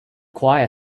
choir